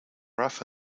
rough